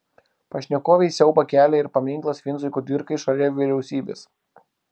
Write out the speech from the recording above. pašnekovei siaubą kelia ir paminklas vincui kudirkai šalia vyriausybės